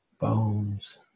bones